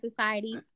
society